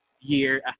year